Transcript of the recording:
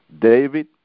David